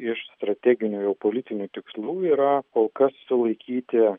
iš strateginių jo politinių tikslų yra kol kas sulaikyti